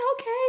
okay